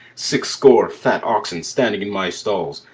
six score fat oxen standing in my stalls,